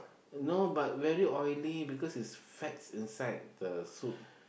no but very oily because is fats inside the soup